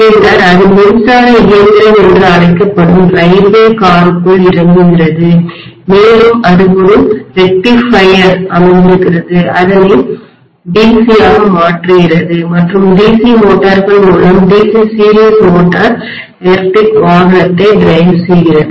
பின்னர் அது மின்சார இயந்திரம் என்று அழைக்கப்படும் ரயில்வே காருக்குள் இறங்குகிறது மேலும் ஒரு திருத்தி ரெக்டிஃபயர் அமர்ந்திருக்கிறது அது அதனை DC யாக மாற்றுகிறது மற்றும் DC மோட்டார்கள் மூலம் DC சீரிஸ் மோட்டார் எலக்ட்ரிக்வாகனத்தை டிரைவ் செய்கிறது